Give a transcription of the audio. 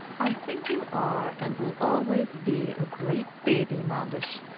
i think you are, and will always be, a great baby, manders.